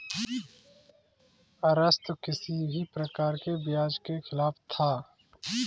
अरस्तु किसी भी प्रकार के ब्याज के खिलाफ था